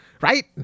Right